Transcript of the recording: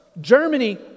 Germany